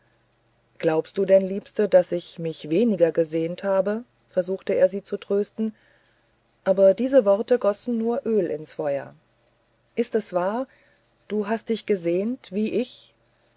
glaubst du denn liebste daß ich mich weniger gesehnt habe versuchte er sie zu trösten aber diese worte gössen nur öl ins feuer ist es wahr du hast dich gesehnt wie ich